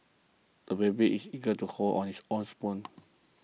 a baby is eager to hold on his own spoon